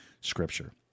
Scripture